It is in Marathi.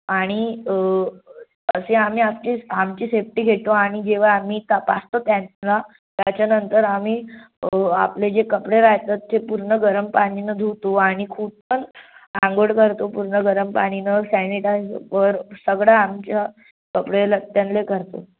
आणि तसे आम्ही आम आमची सेफ्टी घेतो आणि जेव्हा आम्ही तपासतो त्यांना त्याच्यानंतर आम्ही आपले जे कपडे राहतात ते पूर्ण गरम पाणीनं धुतो आणि खूपच अंघोळ करतो पूर्ण गरम पाणीनं सॅनिटायझरवर सगळं आमच्या कपडेलत्यांला घालतो